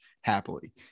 happily